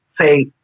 say